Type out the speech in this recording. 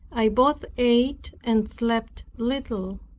i both ate and slept little.